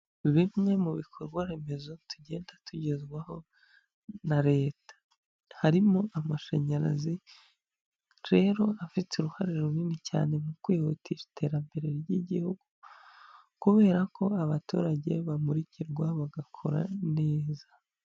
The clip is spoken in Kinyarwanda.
Bimwe mu bikorwa remezo tugenda tugezwaho na Leta harimo amashanyarazi, rero afite uruhare runini cyane mu kwihutisha iterambere ry'igihugu kubera ko abaturage bamurikirwa bagakora neza.